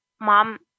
mom